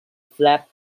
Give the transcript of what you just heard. flap